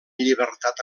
llibertat